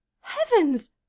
Heavens